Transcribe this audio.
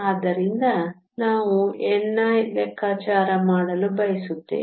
ಆದ್ದರಿಂದ ನಾವು ni ಲೆಕ್ಕಾಚಾರ ಮಾಡಲು ಬಯಸುತ್ತೇವೆ